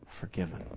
forgiven